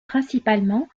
principalement